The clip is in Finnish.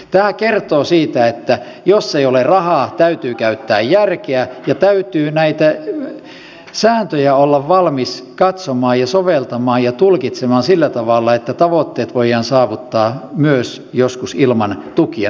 tämä kertoo siitä että jos ei ole rahaa täytyy käyttää järkeä ja täytyy näitä sääntöjä olla valmis katsomaan ja soveltamaan ja tulkitsemaan sillä tavalla että tavoitteet voidaan saavuttaa joskus myös ilman tukia